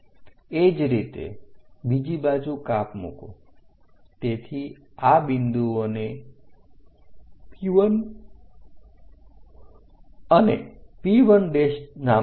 એ જ રીતે બીજી બાજુ કાપ મૂકો તેથી આ બિંદુઓને P1 અને P1 નામ આપો